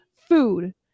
food